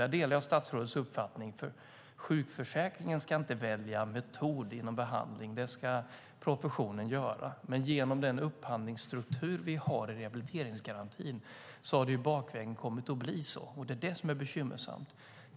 Där delar jag statsrådets uppfattning, för sjukförsäkringen ska inte välja metod för behandling, utan det ska professionen göra. Men genom den upphandlingsstruktur som vi har i rehabiliteringsgarantin har det bakvägen kommit att bli så, och det är det bekymmersamma.